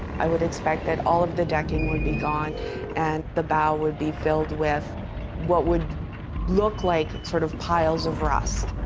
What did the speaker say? i would expect that all of the decking would be gone and the bow would be filled with what would look like sort of piles of rocks